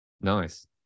Nice